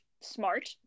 smart